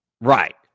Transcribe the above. Right